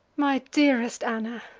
my dearest anna,